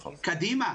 קדימה,